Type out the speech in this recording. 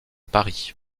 paris